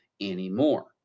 anymore